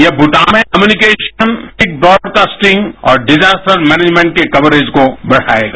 यह भूटान में communication broadcasting और डिजास्टर मेनेजमैट के कवरेज को बढ़ाएगा